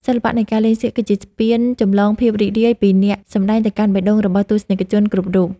សិល្បៈនៃការលេងសៀកគឺជាស្ពានចម្លងភាពរីករាយពីអ្នកសម្តែងទៅកាន់បេះដូងរបស់ទស្សនិកជនគ្រប់វ័យ។